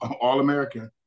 All-American